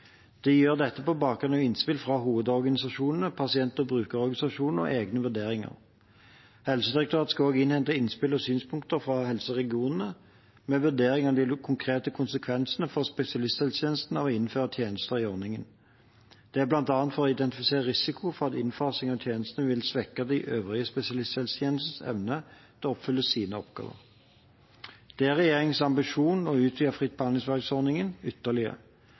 gjør dette på bakgrunn av innspill fra hovedorganisasjonene, pasient- og brukerorganisasjonene og egne vurderinger. Helsedirektoratet skal også innhente innspill og synspunkter fra helseregionene, med vurderinger av de konkrete konsekvensene for spesialisthelsetjenesten av å innføre tjenester i ordningen. Det er bl.a. for å identifisere risiko for at innfasing av tjenester vil svekke den øvrige spesialisthelsetjenestens evne til å oppfylle sine oppgaver. Det er regjeringens ambisjon å utvide fritt behandlingsvalg-ordningen ytterligere,